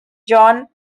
john